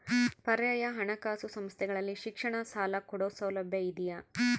ಪರ್ಯಾಯ ಹಣಕಾಸು ಸಂಸ್ಥೆಗಳಲ್ಲಿ ಶಿಕ್ಷಣ ಸಾಲ ಕೊಡೋ ಸೌಲಭ್ಯ ಇದಿಯಾ?